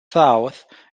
south